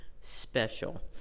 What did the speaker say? special